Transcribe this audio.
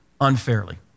unfairly